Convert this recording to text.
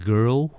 Girl